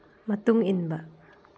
ꯃꯇꯨꯡ ꯏꯟꯕ